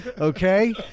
okay